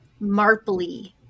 Marpley